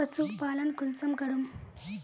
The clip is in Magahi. पशुपालन कुंसम करूम?